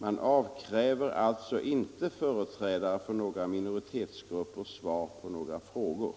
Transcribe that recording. Man avkräver alltså inte företrädare för några minoritetsgrupper svar på några frågor.